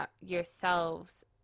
yourselves